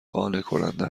قانعکننده